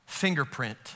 fingerprint